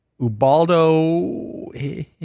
Ubaldo